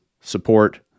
support